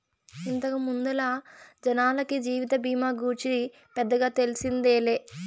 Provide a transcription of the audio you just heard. ఇంతకు ముందల జనాలకి జీవిత బీమా గూర్చి పెద్దగా తెల్సిందేలే